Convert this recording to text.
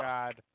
God